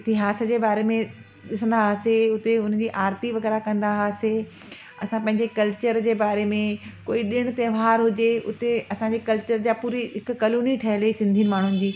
इतिहास जे बारे में ॾिसंदा हुआसीं उते हुनजी आरती वग़ैरह कंदा हुआसीं असां पंहिंजे कल्चर जे बारे में कोई ॾिण त्योहार हुजे उते असांजे कल्चर जा पूरी हिक कलोनी ठहियल हुई सिंधिनि माण्हुनि जी